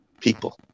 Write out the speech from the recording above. people